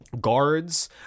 Guards